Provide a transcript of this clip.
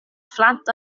phlant